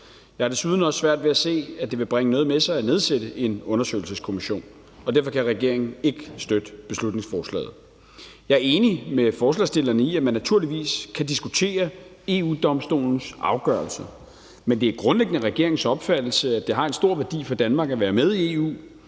Jeg har desuden også svært ved at se, at det vil bringe noget med sig at nedsætte en undersøgelseskommission, og derfor kan regeringen ikke støtte beslutningsforslaget. Jeg er enig med forslagsstillerne i, at man naturligvis kan diskutere EU-Domstolens afgørelser, men det er grundlæggende regeringens opfattelse, at det har en stor værdi for Danmark at være med i EU,